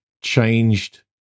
changed